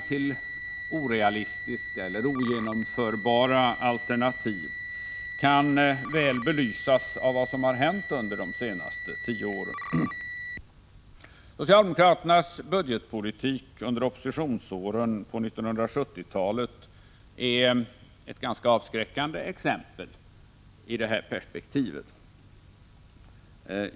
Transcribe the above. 1985/86:163 till ogenomförbara alternativ kan väl belysas av vad som har hänt under de 5 juni 1986 senaste tio åren. Socialdemokraternas budgetpolitik under oppositionsåren på 1970-talet är ett ganska avskräckande exempel i det här perspektivet.